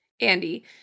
Andy